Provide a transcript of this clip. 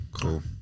Cool